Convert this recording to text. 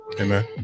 Amen